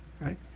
right